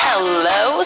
Hello